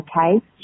okay